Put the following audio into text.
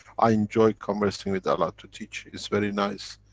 i enjoy conversing with ella to teach. it's very nice.